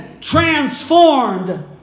transformed